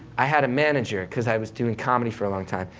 i had a manager because i was doing comedy for a long time,